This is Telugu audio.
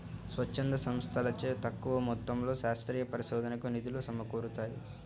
స్వచ్ఛంద సంస్థలచే తక్కువ మొత్తంలో శాస్త్రీయ పరిశోధనకు నిధులు సమకూరుతాయి